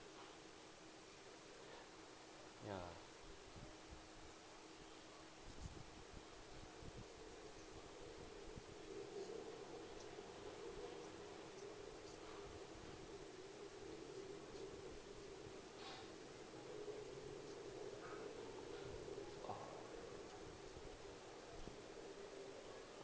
ya oh